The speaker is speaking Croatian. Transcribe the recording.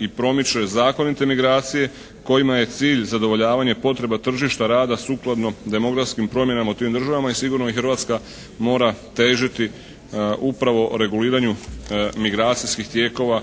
i promiče zakonite migracije kojima je cilj zadovoljavanje potreba tržišta rada sukladno demografskim promjenama u tim državama i sigurno i Hrvatska mora težiti upravo reguliranju migracijskih tijekova